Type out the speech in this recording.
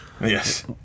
Yes